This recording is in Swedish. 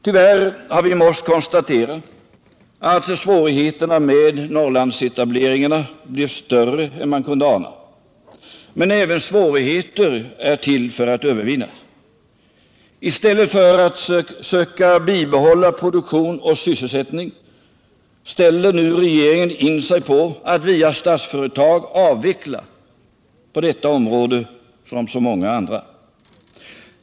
Tyvärr har vi nödgats konstatera att svårigheterna med Norrlandsetableringarna blev större än man kunnat ana. Men även svårigheter är till för att övervinnas. I stället för att söka bibehålla produktion och sysselsättning ställer nu regeringen in sig på att via Statsföretag avveckla verksamheten på detta område som på så många andra.